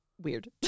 Weird